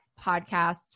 podcasts